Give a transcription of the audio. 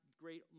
great